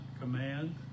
command